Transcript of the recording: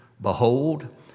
behold